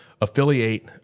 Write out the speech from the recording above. affiliate